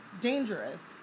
dangerous